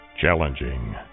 Challenging